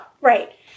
Right